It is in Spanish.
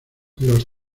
los